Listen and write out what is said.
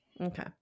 Okay